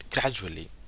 gradually